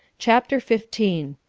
chapter fifteen.